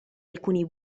alcuni